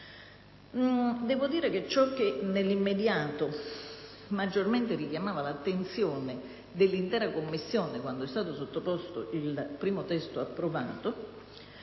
Democratico. Ciò che nell'immediato maggiormente richiamava l'attenzione dell'intera Commissione, quando è stato sottoposto il primo testo approvato,